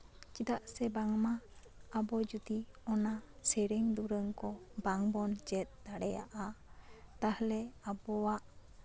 ᱪᱮᱫᱟᱜ ᱥᱮ ᱵᱟᱝᱢᱟ ᱟᱵᱚ ᱡᱚᱫᱤ ᱥᱮᱨᱮᱧ ᱫᱩᱨᱟᱹᱝ ᱠᱚ ᱵᱟᱝ ᱵᱚᱱ ᱪᱮᱫ ᱫᱟᱲᱮᱭᱟᱜᱼᱟ ᱛᱟᱦᱚᱞᱮ ᱟᱵᱚᱣᱟᱜ